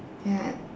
ya